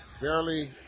barely